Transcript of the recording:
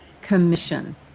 commission